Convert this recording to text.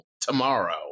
tomorrow